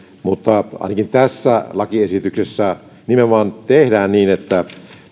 mutta ainakin tässä lakiesityksessä nimenomaan tehdään niin että